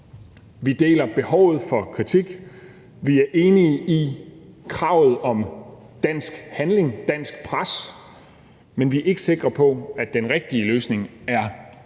vi deler behovet for kritik, vi er enige i kravet om dansk handling og dansk pres, men vi er ikke sikre på, at den rigtige løsning er en